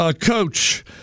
Coach